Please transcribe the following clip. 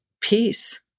peace